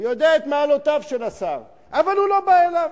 הוא יודע את מעלותיו של השר, אבל הוא לא בא אליו.